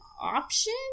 option